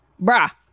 bruh